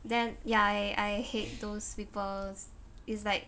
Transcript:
then ya I I I hate those peoples is like